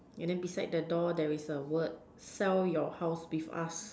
and then beside the door there is a word sell your house with us